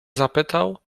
zapytał